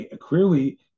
clearly